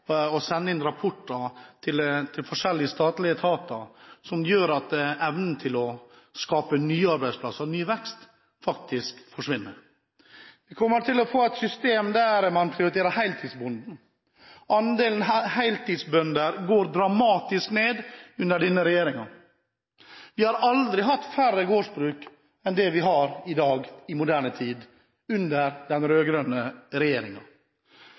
å fylle ut skjema og sende inn rapporter til forskjellige statlige etater, og som gjør at evnen til å skape nye arbeidsplasser og ny vekst forsvinner. Vi kommer til å få et system der man prioriterer heltidsbonden. Andelen heltidsbønder går dramatisk ned under denne regjeringen. Vi har aldri hatt færre gårdsbruk enn det vi har i dag i moderne tid – under den